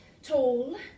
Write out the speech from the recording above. Tall